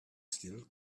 still